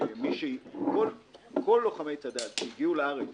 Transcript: כל לוחמי צד"ל שהגיעו לארץ